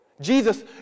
Jesus